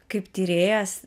kaip tyrėjas